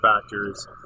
factors